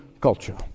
culture